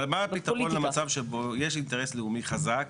אבל מה הפתרון למצב שבו יש אינטרס לאומי חזק